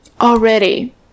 already